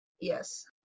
Yes